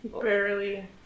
Barely